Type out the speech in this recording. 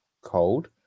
cold